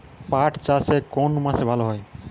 পাট চাষ কোন মাসে ভালো হয়?